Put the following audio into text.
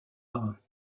marins